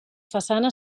façana